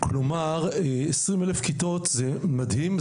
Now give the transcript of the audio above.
כלומר 20 אלף כיתות זה מדהים,